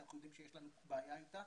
שאנחנו יודעים שיש לנו בעיה איתה,